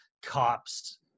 cops